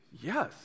yes